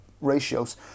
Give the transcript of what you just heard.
ratios